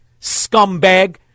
scumbag